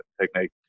technique